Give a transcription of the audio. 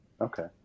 Okay